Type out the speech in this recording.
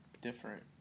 different